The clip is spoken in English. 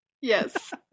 Yes